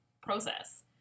process